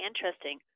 interesting